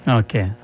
okay